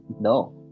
No